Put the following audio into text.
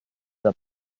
der